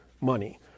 money